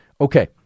Okay